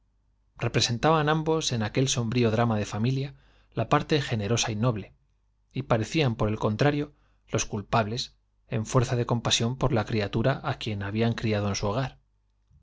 representaban ambos en aquel sombrío drama de familia la parte generosa y noble y parecían por el contrario los culpables en fuerza de compasión por la criatura á quien habían criado en su hogar